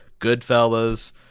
Goodfellas